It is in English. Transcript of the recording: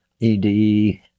ED